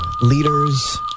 Leaders